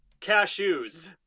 cashews